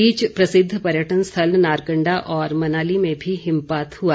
इस बीच प्रसिद्व पर्यटल स्थल नारकंडा और मनाली में भी हिमपात हुआ